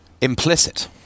implicit